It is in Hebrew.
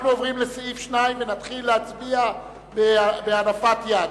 אנחנו עוברים לסעיף 2, ונתחיל להצביע בהנפת יד.